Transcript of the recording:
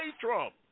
Trump